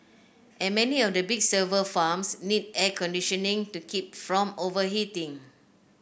and many of the big server farms need air conditioning to keep from overheating